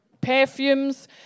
perfumes